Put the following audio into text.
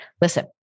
Listen